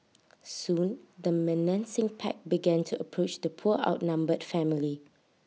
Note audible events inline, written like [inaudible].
[noise] soon the menacing pack began to approach the poor outnumbered family